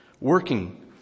Working